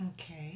Okay